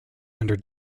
under